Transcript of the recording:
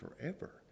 forever